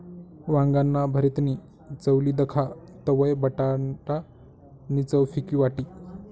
वांगाना भरीतनी चव ली दखा तवयं बटाटा नी चव फिकी वाटी